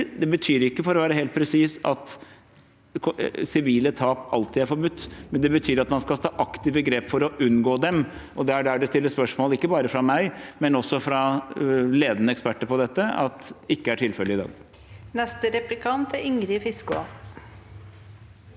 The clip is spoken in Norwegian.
Det betyr ikke, for å være helt presis, at sivile tap alltid er forbudt, men det betyr at man skal ta aktive grep for å unngå dem. Det er der det stilles spørsmål, ikke bare fra meg, men også fra ledende eksperter på dette, for det er ikke tilfellet i dag. Ingrid Fiskaa